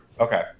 Okay